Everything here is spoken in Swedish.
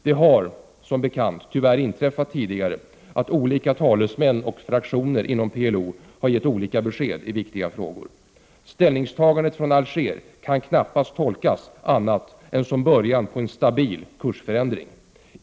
Det har som bekant tyvärr inträffat tidigare att olika talesmän för och fraktioner inom PLO har gett olika besked i viktiga frågor. Ställningstagandet från Alger kan knappast tolkas annat än som början på en stabil kursförändring.